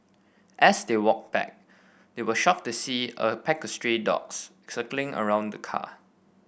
as they walked back they were shocked to see a pack of stray dogs circling around the car